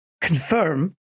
confirm